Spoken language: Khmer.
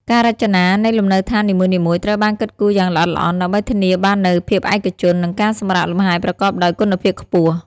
ការរចនានៃលំនៅដ្ឋាននីមួយៗ ត្រូវបានគិតគូរយ៉ាងល្អិតល្អន់ ដើម្បីធានាបាននូវភាពឯកជន និងការសម្រាកលំហែប្រកបដោយគុណភាពខ្ពស់។